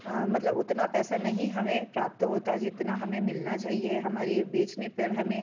मतलब उतना पैसा नहीं हमें प्राप्त होता जितना हमें मिलना चाहिए हमारी बेचने पर हमें